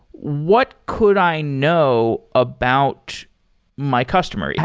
what could i know about my customer? yeah